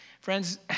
Friends